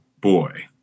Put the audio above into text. boy